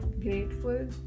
grateful